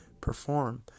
perform